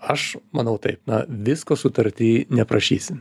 aš manau taip na visko sutartį neprašysi